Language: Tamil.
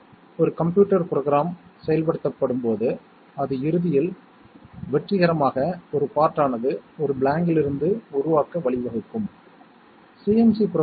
டிஸ்ட்ரிபியூட்டிவ் விதியானது A AND B OR C A AND B OR A AND C இது கணிதத் தொடர்பைப் போன்றது